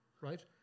right